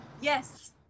Yes